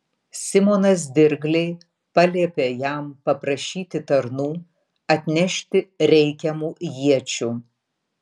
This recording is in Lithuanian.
simonas dirgliai paliepė jam paprašyti tarnų atnešti reikiamų iečių